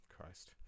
Christ